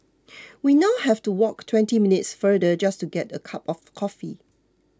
we now have to walk twenty minutes farther just to get a cup of coffee